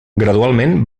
gradualment